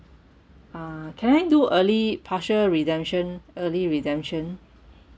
uh can I do early partial redemption early redemption